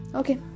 okay